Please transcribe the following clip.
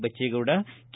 Bachegowda K